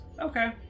Okay